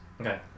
Okay